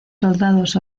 soldados